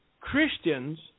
Christians